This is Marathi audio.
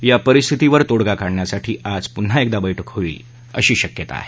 या परिस्थितीवर तोडगा काढण्यासाठी आज पुन्हा एकदा बैठक होईल अशी शक्यता आहे